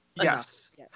Yes